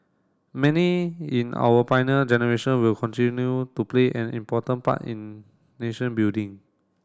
many in our Pioneer Generation will continue to play an important part in nation building